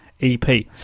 EP